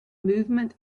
movement